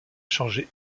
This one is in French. changer